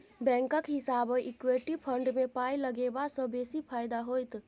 बैंकक हिसाबैं equity fund मे पाय लगेबासँ बेसी फायदा होइत